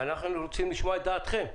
אנחנו רוצים לשמוע את דעתכם.